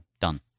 Done